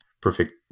perfect